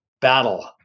battle